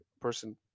person